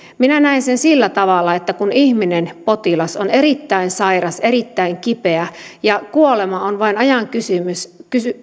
minä näen sen sillä tavalla että kun ihminen potilas on erittäin sairas erittäin kipeä ja kuolema on vain ajan kysymys